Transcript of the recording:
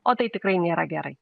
o tai tikrai nėra gerai